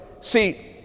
See